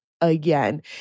again